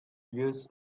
years